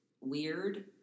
weird